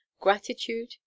gratitude